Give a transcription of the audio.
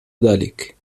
ذلك